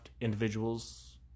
individuals